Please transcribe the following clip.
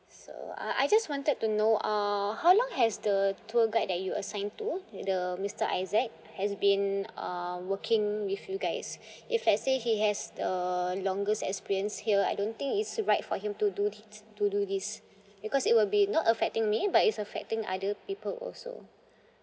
so uh I just wanted to know uh how long has the tour guide that you assigned to the mister isaac has been uh working with you guys if let's say he has the longest experience here I don't think it's right for him to do this to do this because it will be not affecting me but it's affecting other people also